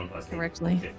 correctly